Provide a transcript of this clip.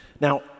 Now